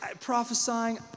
prophesying